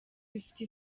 dufite